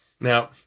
Now